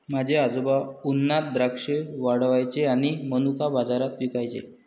माझे आजोबा उन्हात द्राक्षे वाळवायचे आणि मनुका बाजारात विकायचे